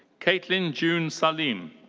kaitlin june salim.